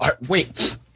Wait